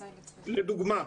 לדוגמה,